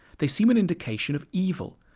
they seem an indication of evil.